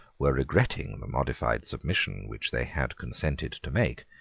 were regretting the modified submission which they had consented to make,